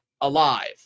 alive